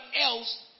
else